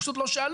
פשוט לא שאלו.